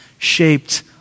shaped